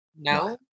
No